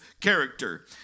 character